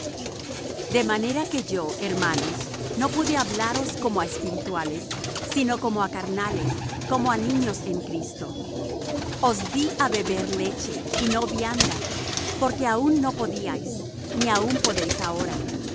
de manera que yo hermanos no pude hablaros como á espirituales sino como á carnales como á niños en cristo os dí á beber leche y no vianda porque aun no podíais ni aun podéis ahora